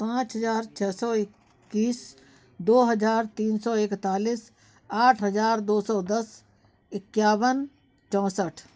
पाँच हज़ार छः सौ इक्कीस दो हज़ार तीन सौ इकतालीस आठ हज़ार दो सौ दस इक्यावन चौंसठ